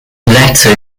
latter